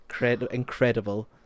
incredible